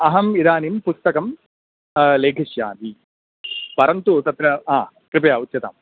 अहम् इदानीं पुस्तकं लेखिष्यामि परन्तु तत्र हा कृपया उच्यताम्